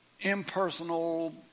impersonal